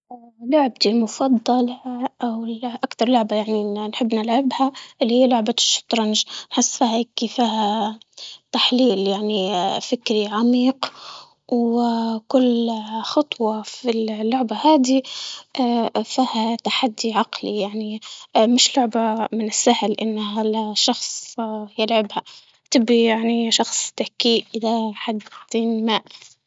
اه لعبتي المفضلة أولا أكتر لعبة يعني نحب نلعبها اللي هي لعبة هسا هاي كيفاه تحليل يعني فكري عميق وكل خطوة في اللعبة هادي، اه فيها تحدي عقلي يعني اه مش لعبة من السهل إنها شخص يلعبها، بدي يعني شخص ذكي إذا حد ما.